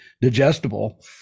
digestible